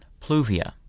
pluvia